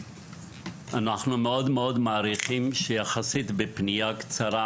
אנחנו מאוד מעריכים את זה שבפנייה יחסית קצרה